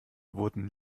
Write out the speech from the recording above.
wurden